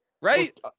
Right